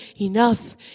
enough